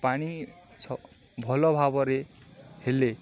ପାଣି ଭଲ ଭାବରେ ହେଲେ